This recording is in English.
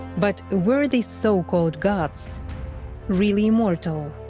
but were these so-called gods really immortal?